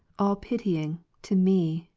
all-pitying, to me.